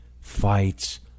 fights